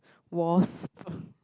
wasp